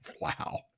Wow